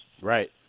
Right